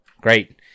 Great